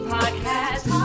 Podcast